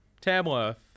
Tamworth